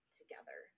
together